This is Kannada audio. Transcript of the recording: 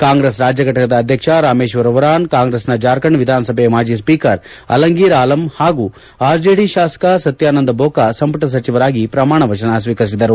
ಕಾಂಗ್ರೆಸ್ ರಾಜ್ಯ ಘಟಕದ ಅಧ್ಯಕ್ಷ ರಾಮೇಶ್ವರ ಒರಾನ್ ಕಾಂಗ್ರೆಸ್ನ ಜಾರ್ಖಂಡ್ ವಿಧಾನಸಭೆ ಮಾಜಿ ಸ್ವೀಕರ್ ಅಲಂಗೀರ್ ಅಲಂ ಹಾಗೂ ಆರ್ಜೆಡಿ ಶಾಸಕ ಸತ್ಯಾನಂದ್ ಬೋಕಾ ಸಂಪುಟ ಸಚಿವರಾಗಿ ಪ್ರಮಾಣ ವಚನ ಸ್ವೀಕರಿಸಿದರು